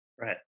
right